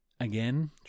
again